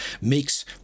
makes